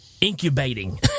incubating